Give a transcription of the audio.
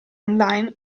online